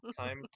Time